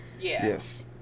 Yes